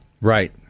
Right